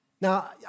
Now